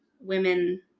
Women